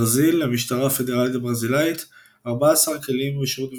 ברזיל ברזיל – המשטרה הפדרלית הברזילאית – 14 כלים בשירות מבצעי.